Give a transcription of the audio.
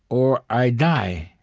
or i die.